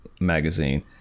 magazine